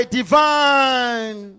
divine